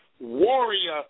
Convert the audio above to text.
warrior